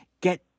get